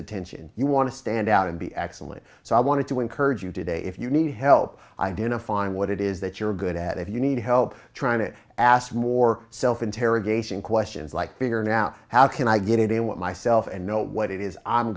attention you want to stand out and be excellent so i want to encourage you to day if you need help identifying what it is that you're good at if you need help trying to ask more self interrogation questions like bigger now how can i get in with myself and know what it is i'm